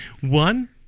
One